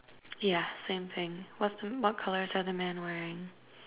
yeah same same what's the what colours are the man wearing